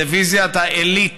דיביזיית העילית